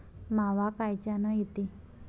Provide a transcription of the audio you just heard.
मावा कायच्यानं येते?